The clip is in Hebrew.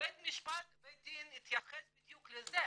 ובית הדין התייחס בדיוק לזה.